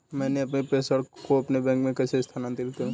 मैं अपने प्रेषण को अपने बैंक में कैसे स्थानांतरित करूँ?